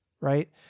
right